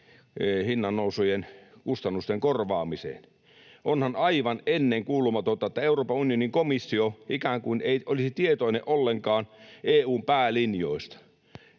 hinnan nousun kustannusten korvaamiseen. Onhan aivan ennenkuulumatonta, että Euroopan unionin komissio ikään kuin ei olisi tietoinen ollenkaan EU:n päälinjoista.